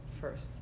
first